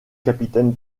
capitaine